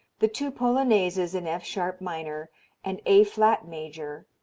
the two polonaises in f sharp minor and a flat major,